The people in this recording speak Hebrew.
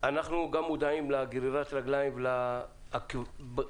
אנחנו מודעים לגרירת הרגליים והכבדות